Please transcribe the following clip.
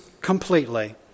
completely